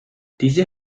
dizi